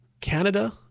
Canada